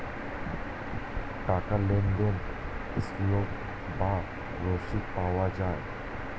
টাকার লেনদেনে স্লিপ বা রসিদ পাওয়া যায়